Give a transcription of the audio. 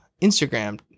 Instagram